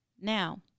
Now